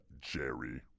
Jerry